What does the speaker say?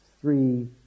three